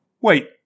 Wait